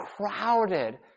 crowded